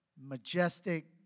majestic